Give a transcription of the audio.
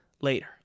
later